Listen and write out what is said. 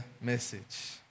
message